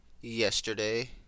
yesterday